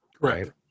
Right